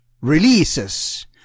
releases